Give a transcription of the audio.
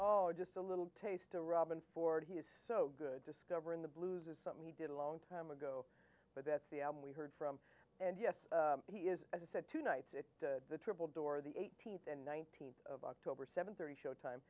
oh just a little taste a robin ford he is so good discovering the blues is something he did a long time ago but that's the album we heard from and yes he is as i said two nights at the triple door the eighteenth and nineteenth of october seven thirty showtime